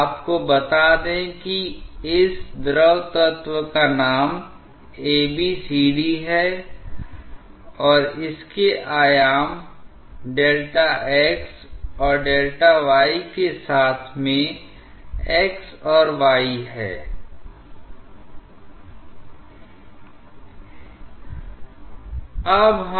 आपको बता दें कि इस द्रव तत्व का नाम ABCD है और इसके आयाम Δ x और Δ y के साथ में x और y है